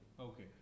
Okay